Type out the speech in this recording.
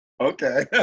Okay